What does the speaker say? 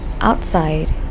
outside